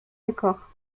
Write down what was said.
décors